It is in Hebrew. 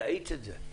להאיץ את זה.